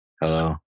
Hello